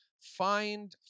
find